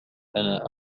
أنا